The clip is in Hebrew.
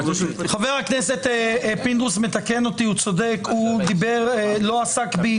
שלושה בעד, חמישה נגד, נמנע אחד.